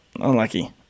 unlucky